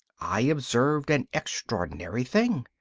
i observed an extraordinary thing.